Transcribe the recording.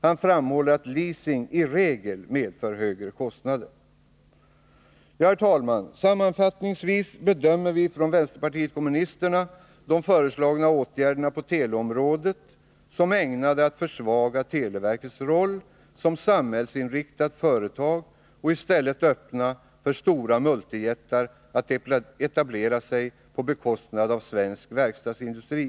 Han framhåller att leasing i regel medför högre kostnader. Herr talman! Sammanfattningsvis bedömer vänsterpartiet kommunisterna de föreslagna åtgärderna på teleområdet som ägnade att försvaga televerkets roll som samhällsinriktat företag och i stället öppna möjlighet för multijättar att etablera sig på bekostnad av svensk verkstadsindustri.